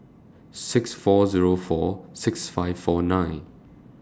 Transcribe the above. six four Zero four six five four nine